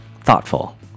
thoughtful